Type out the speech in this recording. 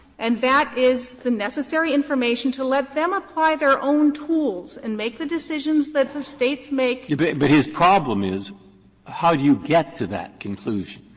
and that is the necessary information to let them apply their own tools and make the decisions that the states make breyer but his problem is how do you get to that conclusion?